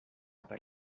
per